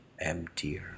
emptier